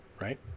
right